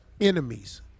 enemies